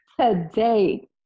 today